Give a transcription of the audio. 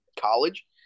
college